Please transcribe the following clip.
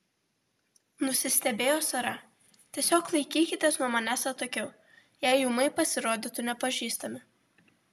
nusistebėjo sara tiesiog laikykitės nuo manęs atokiau jei ūmai pasirodytų nepažįstami